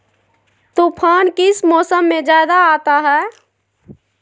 तूफ़ान किस मौसम में ज्यादा आता है?